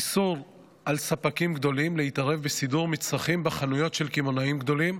איסור על ספקים גדולים להתערב בסידור מצרכים בחנויות של קמעונאים גדולים